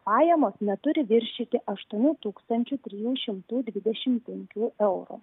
pajamos neturi viršyti aštuonių tūkstančių trijų šimtų dvidešimt penkių eurų